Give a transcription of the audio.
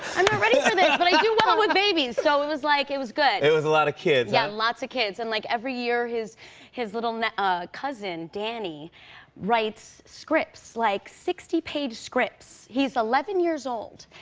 i'm not ready for this. but i do well with babies, so it was like it was good. it was a lot of kids. yeah, lots of kids. and, like, every year, his his little ah cousin danny writes scripts. like sixty page scripts. he's eleven years old.